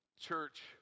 Church